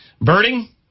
Birding